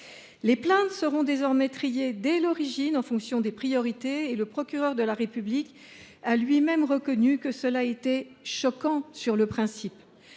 Les plaintes seront désormais « triées dès l’origine en fonction des priorités » et le procureur de la République a lui même reconnu que cela était « choquant sur le principe